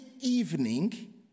evening